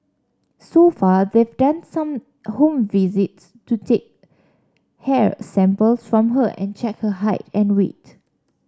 so far they've done some home visits to take hair samples from her and check her height and weight